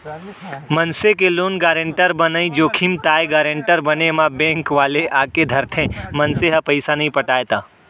मनसे के loan guarantor बनई जोखिम ताय गारेंटर बने म बेंक वाले आके धरथे, मनसे ह पइसा नइ पटाय त